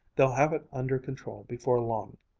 they'll have it under control before long.